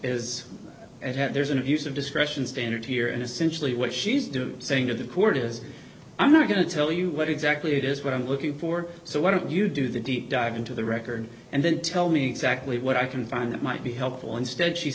that there's an abuse of discretion standard here and essentially what she's doing saying to the court is i'm not going to tell you what exactly it is what i'm looking for so why don't you do the deep dive into the record and then tell me exactly what i can find that might be helpful instead she